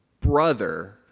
Brother